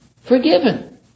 Forgiven